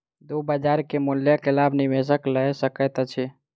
दू बजार के मूल्य के लाभ निवेशक लय सकैत अछि